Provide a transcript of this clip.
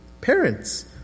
parents